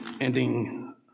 ending